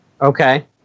Okay